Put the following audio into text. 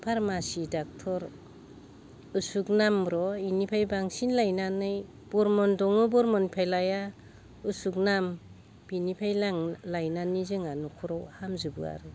pharmacy doctor असुक नाम र' इनिफ्राय बांसिन लानानै बरमन दङ बरमनिफ्राय लाया असुक नामा बिनिफ्राय लाङो लायनानै जोंहा नखराव हामजोबो आरो